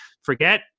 forget